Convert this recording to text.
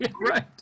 Right